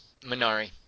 Minari